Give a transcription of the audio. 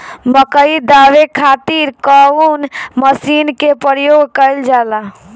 मकई दावे खातीर कउन मसीन के प्रयोग कईल जाला?